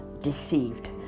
deceived